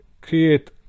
create